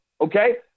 Okay